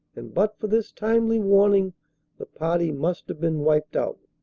and but for this timely warning the party must have been wiped out.